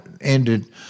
ended